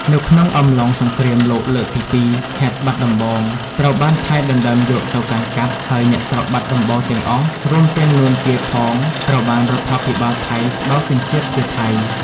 នៅក្នុងអំឡុងសង្រ្គាមលោកលើកទី២ ខេត្តបាត់ដំបង ត្រូវបានថៃដណ្តើមយកទៅកាន់កាប់ ហើយអ្នកស្រុកបាត់ដំបងទាំងអស់ រួមទាំង នួន ជាផង ត្រូវបានរដ្ឋាភិបាលថៃ ផ្តល់សញ្ជាតិជាថៃ។